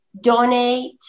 donate